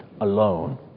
alone